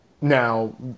Now